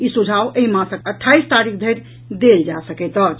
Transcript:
ई सुझाव एहि मासक अट्ठाईस तारीख धरि देल जा सकैत अछि